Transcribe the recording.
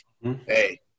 hey